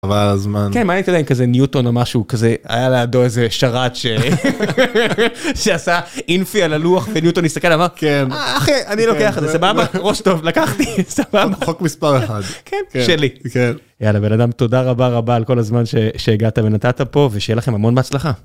חבל הזמן כזה ניוטון או משהו כזה היה לעדו איזה שרת שעשה אינפי על הלוח וניוטון הסתכל אמר כן אחי אני לוקח את זה סבבה ראש טוב לקחתי סבבה חוק מספר 1 שלי. יאללה בן אדם תודה רבה רבה על כל הזמן שהגעת ונתת פה ושיהיה לכם המון בהצלחה.